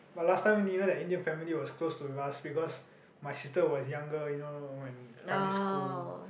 but last time you know that Indian family was close to us because my sister was younger you know when primary school